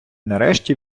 нарешті